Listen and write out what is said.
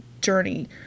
journey